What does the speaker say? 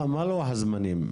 מה לוח הזמנים?